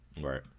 Right